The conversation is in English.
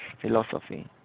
philosophy